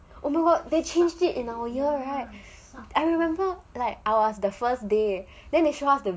oh my god they changed it in our year right I remember like I was the first day then they show us